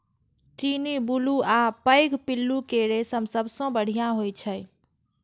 चीनी, बुलू आ पैघ पिल्लू के रेशम सबसं बढ़िया होइ छै